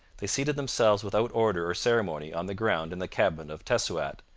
they seated themselves without order or ceremony on the ground in the cabin of tessouat,